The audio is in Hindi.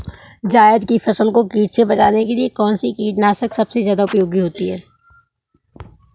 जायद की फसल को कीट से बचाने के लिए कौन से कीटनाशक सबसे ज्यादा उपयोगी होती है?